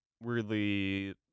weirdly